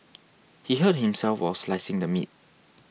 he hurt himself while slicing the meat